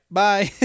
bye